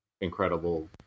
incredible